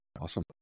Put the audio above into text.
awesome